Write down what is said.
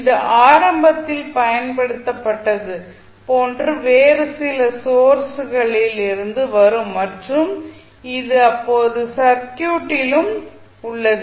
இது ஆரம்பத்தில் பயன்படுத்தப்பட்டது போன்ற வேறு சில சோர்ஸ்கலில் இருந்து வரும் மற்றும் அது இப்போது சர்க்யூட்டிலும் உள்ளது